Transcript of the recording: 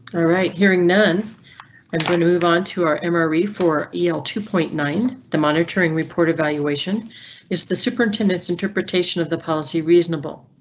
alright, hearing none i'm going to move on to our emory for el two point nine. the monitoring reported valuation is the superintendent's interpretation of the policy reasonable.